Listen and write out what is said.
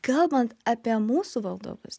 kalbant apie mūsų valdovus